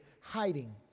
hiding